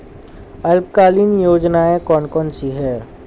अल्पकालीन योजनाएं कौन कौन सी हैं?